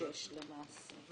לך.